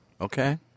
Okay